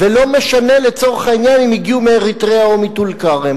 ולא משנה לצורך העניין אם הגיעו מאריתריאה או מטול-כרם.